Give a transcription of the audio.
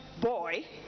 boy